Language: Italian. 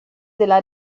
della